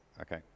Okay